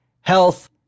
health